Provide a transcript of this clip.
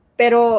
pero